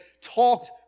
talked